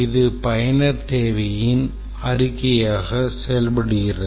இது பயனர் தேவையின் அறிக்கையாக செயல்படுகிறது